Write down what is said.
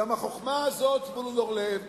גם החוכמה הזאת, זבולון אורלב,